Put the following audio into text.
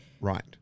Right